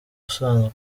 usanzwe